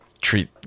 treat